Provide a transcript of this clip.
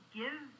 give